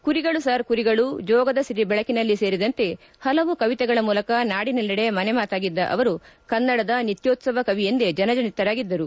ಕುರಿಗಳು ಸಾರ್ ಕುರಿಗಳು ಜೋಗದ ಸಿರಿ ಬೆಳಕಿನಲ್ಲಿ ಸೇರಿದಂತೆ ಹಲವು ಕವಿತೆಗಳ ಮೂಲಕ ನಾಡಿನಲ್ಲೆಡೆ ಮನೆಮಾತಾಗಿದ್ದ ಅವರು ಕನ್ನಡದ ನಿತ್ಕೋತ್ಸವ ಕವಿಯೆಂದೇ ಜನಜನಿತರಾಗಿದ್ದರು